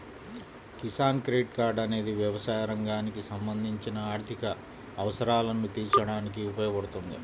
Kisan credit card అనేది వ్యవసాయ రంగానికి సంబంధించిన ఆర్థిక అవసరాలను తీర్చడానికి ఉపయోగపడుతుంది